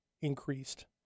increased